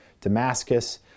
Damascus